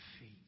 feet